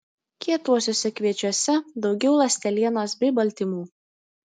kietuosiuose kviečiuose daugiau ląstelienos bei baltymų